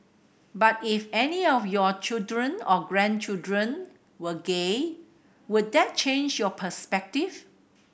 but if any of your children or grandchildren were gay would that change your perspective